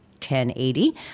1080